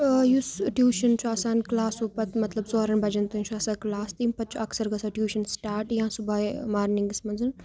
آ یُس ٹیوٗشن چھُ آسان کلاسو پتہٕ مطلب ژورن بجن تانۍ چھُ آسان کلاس تمہِ پتہٕ چھُ اکثر گژھان ٹیوٗشن سٹاٹ یا صُبحٲے یا مورننگس منٛز